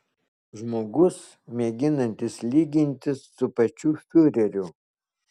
žmogus mėginantis lygintis su pačiu fiureriu